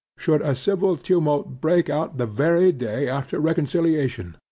should a civil tumult break out the very day after reconciliation?